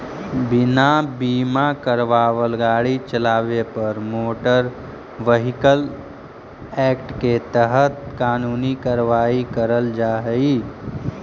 बिना बीमा करावाल गाड़ी चलावे पर मोटर व्हीकल एक्ट के तहत कानूनी कार्रवाई करल जा हई